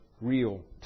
real